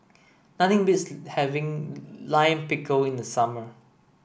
nothing beats having Lime Pickle in the summer